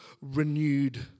renewed